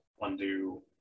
undo